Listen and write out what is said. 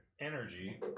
energy